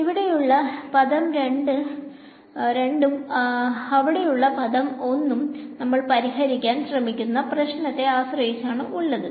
ഇവിടെയുല്ല പദം 2 ഉം അവുടെയുള്ള പദം 1 ഉം നമ്മൾ പരിഹരിക്കാൻ സ്രാണിക്കുന്ന പ്രശ്നത്തെ ആശ്രയിച്ചാണ് ഉള്ളത്